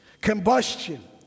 combustion